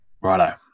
Righto